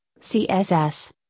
CSS